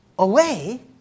away